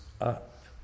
up